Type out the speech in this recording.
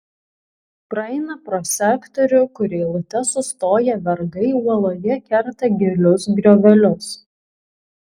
praeina pro sektorių kur eilute sustoję vergai uoloje kerta gilius griovelius